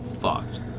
Fucked